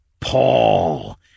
Paul